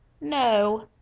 No